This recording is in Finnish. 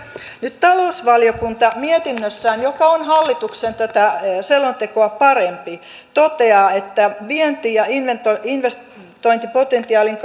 nyt talousvaliokunta mietinnössään joka on tätä hallituksen selontekoa parempi toteaa että vienti ja investointipotentiaalin